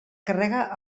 carrega